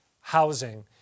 housing